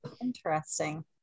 Interesting